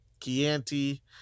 Chianti